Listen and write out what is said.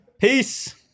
Peace